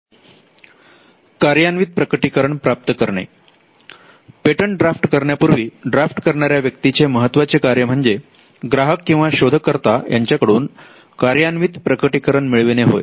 कार्यान्वित प्रकटीकरण प्राप्त करणे पेटंट ड्राफ्ट करण्यापूर्वी ड्राफ्ट करणाऱ्या व्यक्तीचे महत्त्वाचे कार्य म्हणजे ग्राहक किंवा शोधकर्ता यांच्याकडून कार्यान्वित प्रकटीकरण मिळविणे होय